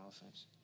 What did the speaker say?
offense